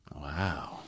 Wow